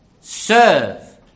Serve